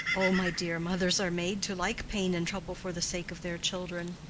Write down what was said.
oh, my dear, mothers are made to like pain and trouble for the sake of their children.